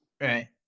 Right